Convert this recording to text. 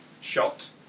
shot